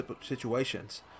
situations